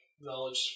knowledge